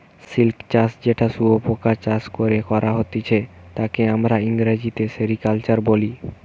silk চাষ যেটা শুয়োপোকা চাষ করে করা হতিছে তাকে আমরা ইংরেজিতে সেরিকালচার বলি